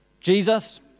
Jesus